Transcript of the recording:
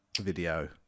video